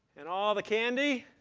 and all the candy.